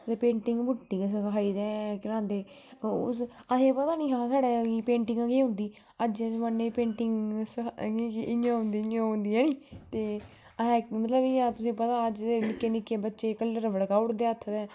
ते पेटिंग पुटिंग सखाई ते केह् ना उस अहें पता निं साढ़ै पेटिंग केह होंदी अज्जै दे जमान्ने च पेटिंग इ'यां होंदी इ'यां ओह् होंदी ऐनी ते अहें मतलब इयां तुसेंगी पता अज्ज दे निक्के निक्के बच्चे कलर पकड़ाई ओड़दे हत्थ